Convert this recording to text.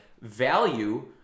value